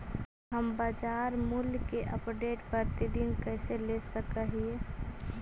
हम बाजार मूल्य के अपडेट, प्रतिदिन कैसे ले सक हिय?